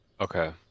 Okay